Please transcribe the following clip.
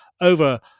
over